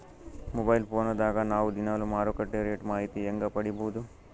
Mobile phone ದಾಗ ನಾವು ದಿನಾಲು ಮಾರುಕಟ್ಟೆ ರೇಟ್ ಮಾಹಿತಿ ಹೆಂಗ ಪಡಿಬಹುದು?